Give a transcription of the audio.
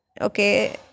okay